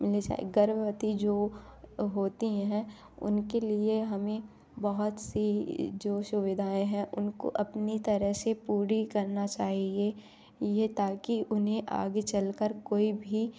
मिलनी चा गर्भवती जो होती हैं उनके लिए हमें बहुत सी जो सुविधाएँ हैं उनको अपनी तरह से पूरी करना चाहिए यह ताकि उन्हें आगे चल कर कोई भी